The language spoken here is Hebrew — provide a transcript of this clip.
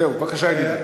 זהו, בבקשה, ידידי.